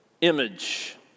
image